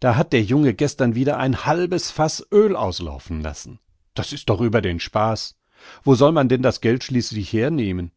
da hat der junge gestern wieder ein halbes faß öl auslaufen lassen das ist doch über den spaß wo soll man denn das geld schließlich hernehmen